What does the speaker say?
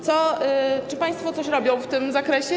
Czy państwo coś robią w tym zakresie?